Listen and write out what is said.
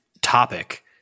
topic